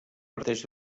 parteix